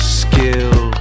skill